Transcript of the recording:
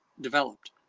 developed